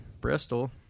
Bristol